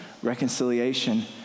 Reconciliation